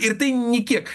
ir tai nė kiek